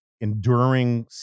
enduring